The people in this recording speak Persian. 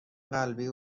قلبی